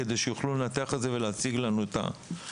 כדי שיוכלו לנתח את זה ולהציג לנו את הנתונים.